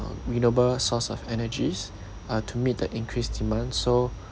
uh renewable source of energies uh to meet the increased demand so